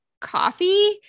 coffee